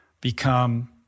become